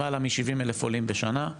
למעלה מ-70 אלף עולים בשנה.